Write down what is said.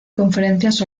conferencias